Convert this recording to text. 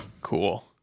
Cool